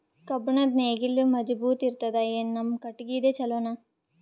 ಕಬ್ಬುಣದ್ ನೇಗಿಲ್ ಮಜಬೂತ ಇರತದಾ, ಏನ ನಮ್ಮ ಕಟಗಿದೇ ಚಲೋನಾ?